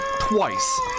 twice